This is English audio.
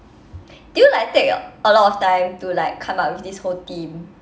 do you like take a lot of time to like come up with this whole theme